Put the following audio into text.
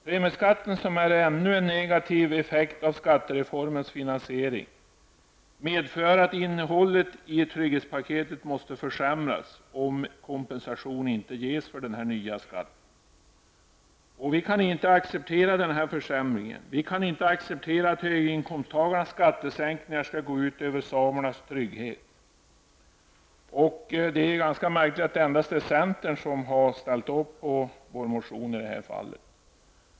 Premieskatten, som är ännu en negativ effekt av skattereformens finansiering, medför att innehållet i trygghetspaketet måste försämras, om kompensation inte ges för den nya skatten. Vi kan inte acceptera den försämringen. Vi kan inte acceptera att höginkomsttagarnas skattesänkningar skall gå ut över samernas trygghet. Det är märkligt att det i det här fallet endast är centern som slutit upp bakom vår motion.